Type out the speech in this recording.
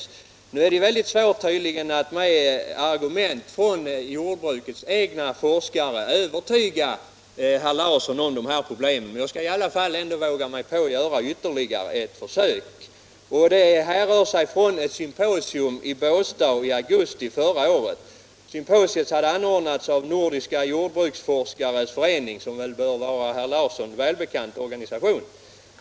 Det är tydligen väldigt svårt att med argument från jordbrukets egna forskare övertyga herr Larsson om de här problemen. Jag skall i alla fall våga mig på ytterligare ett försök. Exemplet härrör från ett symposium i Båstad i augusti förra året. Symposiet hade anordnats av Nordiska jordbruksforskares förening, som bör vara en för herr Larsson välkänd organisation.